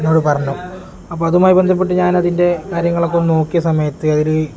എന്നോട് പറഞ്ഞു അപ്പം അതുമായി ബന്ധപ്പെട്ട് ഞാൻ അതിൻ്റെ കാര്യങ്ങളൊക്കെ ഒന്ന് നോക്കിയ സമയത്ത് അതിൽ